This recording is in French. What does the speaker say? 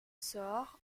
soorts